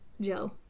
Joe